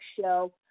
show